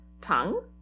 tongue